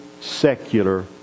secular